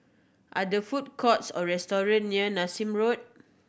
are the food courts or restaurant near Nassim Road